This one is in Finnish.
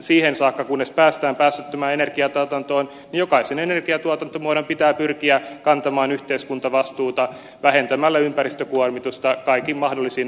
siihen saakka kunnes päästään päästöttömään energiantuotantoon jokaisen energiantuotantomuodon pitää pyrkiä kantamaan yhteiskuntavastuuta vähentämällä ympäristökuormitusta kaikin mahdollisin perustelluin tavoin